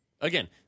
Again